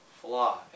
flaw